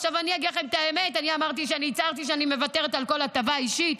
עכשיו אגיד לכם את האמת: אמרתי שהצהרתי שאני מוותרת על כל הטבה אישית,